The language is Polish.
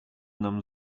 nam